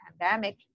pandemic